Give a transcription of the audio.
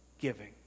giving